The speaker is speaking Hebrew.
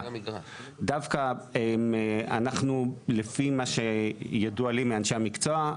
דווקא אנחנו לפי מה שידוע לי מאנשי המקצוע,